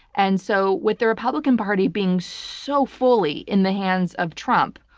and so with the republican party being so fully in the hands of trump,